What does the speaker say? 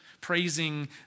praising